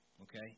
Okay